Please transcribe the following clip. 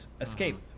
escape